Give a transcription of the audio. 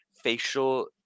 facial